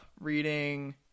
Reading